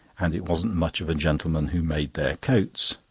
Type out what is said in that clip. and it wasn't much of a gentleman who made their coats.